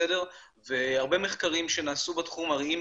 והרבה מחקרים שנעשו בתחום מראים,